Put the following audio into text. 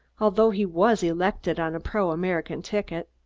although he was elected on a pro-american ticket.